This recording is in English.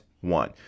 One